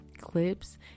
clips